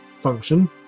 function